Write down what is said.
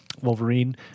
Wolverine